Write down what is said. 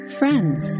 friends